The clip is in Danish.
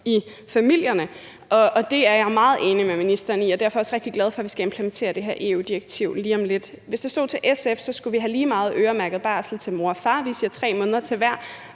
i familierne, og det er jeg meget enig med ministeren i, og jeg er derfor også rigtig glad for, at vi skal implementere det her EU-direktiv lige om lidt. Hvis det stod til SF, skulle vi have lige meget øremærket barsel til mor og far – vi siger 3 måneder til hver